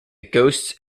ghosts